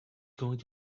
going